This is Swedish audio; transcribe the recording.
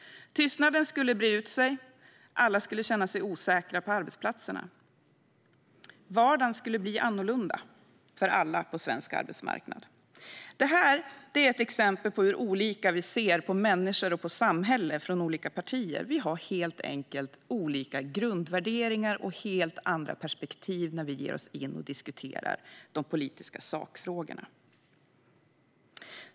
Tystnaden skulle breda ut sig, och alla skulle känna sig osäkra på arbetsplatserna. Vardagen skulle bli annorlunda för alla på svensk arbetsmarknad. Detta är ett exempel på hur olika vi ser på människor och samhälle från olika partier. Vi har helt olika grundvärderingar och helt andra perspektiv när vi ger oss in och diskuterar de politiska sakfrågorna.